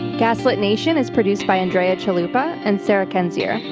gaslit nation is produced by andrea chalupa and sarah kendzior.